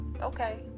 okay